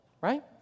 right